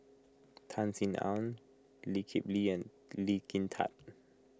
Tan Sin Aun Lee Kip Lee and Lee Kin Tat